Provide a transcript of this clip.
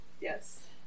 Yes